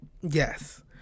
Yes